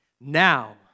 Now